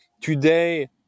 Today